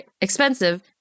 expensive